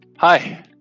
Hi